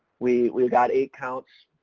we, we got eight counts